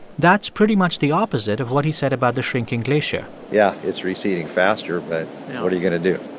that's pretty much the opposite of what he said about the shrinking glacier yeah. it's receding faster. but what are you going to do?